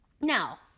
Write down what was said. Now